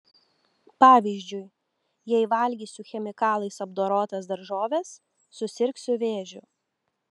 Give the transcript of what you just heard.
pavyzdžiui jei valgysiu chemikalais apdorotas daržoves susirgsiu vėžiu